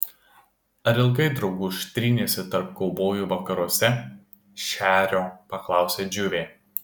ar ilgai drauguž tryneisi tarp kaubojų vakaruose šerio paklausė džiuvė